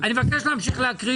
אני מבקש להמשיך להקריא.